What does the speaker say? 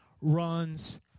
runs